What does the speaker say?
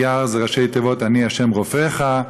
אייר זה ראשי-תיבות "אני ה' רופאך".